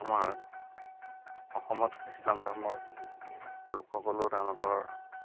আমাৰ অসমত ইছলাম ধৰ্মৰ লোকসকলেও তেওঁলোকৰ